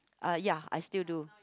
ah ya I still do